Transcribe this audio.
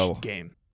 game